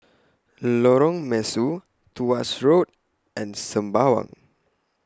Lorong Mesu Tuas Road and Sembawang